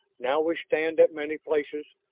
now we stand at many places,